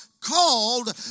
called